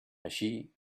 així